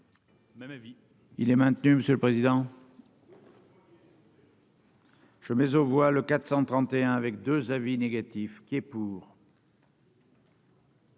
il est maintenu, monsieur le président. Je mais on voit le 431 avec 2 avis négatifs qui est pour.